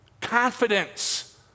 confidence